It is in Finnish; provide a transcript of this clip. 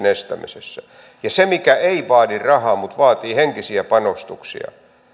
estämisessä ja se mikä ei vaadi rahaa mutta vaatii henkisiä panostuksia ja